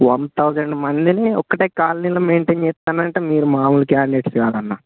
one thousand మందిని ఒకటే కాలనీల మెయింటేన్ చేస్తున్నారు అంటే మీరూ మామూలు క్యాండిడేట్స్ కాదన్నా